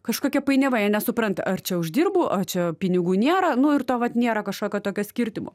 kažkokia painiava jie nesupranta ar čia uždirbu a čia pinigų nėra nu ir to vat nėra kažkokio tokio skirtimo